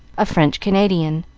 a french canadian,